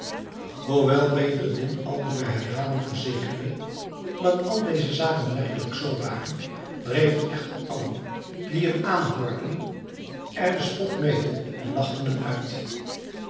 hoewel bedreddin aldus bij herhaling verzekerde dat al deze zaken werkelijk zoo waren dreven echter allen die hem aanhoorden er den spot mede en lachten hem uit